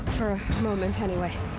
for a. moment, anyway.